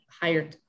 higher